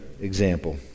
example